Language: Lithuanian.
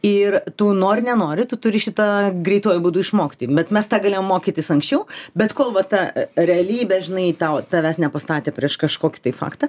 ir tu nori nenori tu turi šitą greituoju būdu išmokti bet mes tą galėjom mokytis anksčiau bet kol va ta realybė žinai tau tavęs nepastatė prieš kažkokį tai faktą